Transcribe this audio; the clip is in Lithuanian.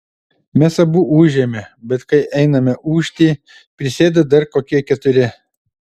mes abu ūžėme bet kai einame ūžti prisėda dar kokie keturi